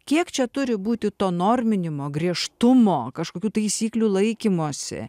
kiek čia turi būti to norminimo griežtumo kažkokių taisyklių laikymosi